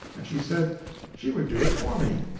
and she said she would do it for me.